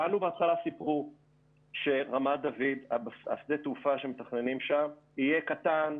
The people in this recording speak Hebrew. לנו בהתחלה סיפרו ששדה התעופה שמתכננים ברמת דוד יהיה קטן,